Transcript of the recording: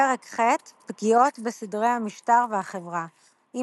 פרק ח' פגיעות בסדרי המשטר והחברה עם